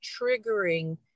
triggering